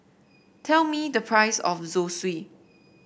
tell me the price of Zosui